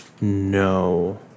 No